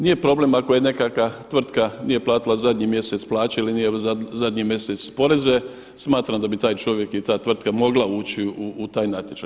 Nije problem ako nekakva tvrtka nije platila zadnji mjesec plaće ili nije zadnji mjesec poreze, smatram da bi taj čovjek i ta tvrtka mogla ući u taj natječaj.